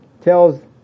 tells